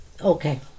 Okay